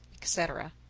etc.